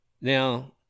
Now